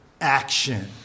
Action